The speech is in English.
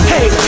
Hey